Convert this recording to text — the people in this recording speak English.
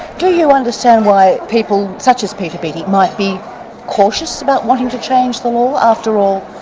do you understand why people such as peter beattie might be cautious about wanting to change the law? after all,